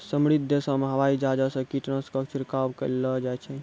समृद्ध देशो मे हवाई जहाजो से कीटनाशको के छिड़कबैलो जाय छै